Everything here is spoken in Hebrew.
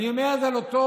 אני אומר את זה על אותו